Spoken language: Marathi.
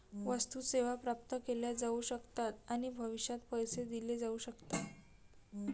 वस्तू, सेवा प्राप्त केल्या जाऊ शकतात आणि भविष्यात पैसे दिले जाऊ शकतात